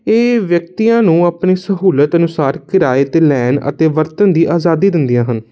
ਇਹ ਵਿਅਕਤੀਆਂ ਨੂੰ ਆਪਣੀ ਸਹੂਲਤ ਅਨੁਸਾਰ ਕਿਰਾਏ 'ਤੇ ਲੈਣ ਅਤੇ ਵਰਤਣ ਦੀ ਆਜ਼ਾਦੀ ਦਿੰਦੀਆਂ ਹਨ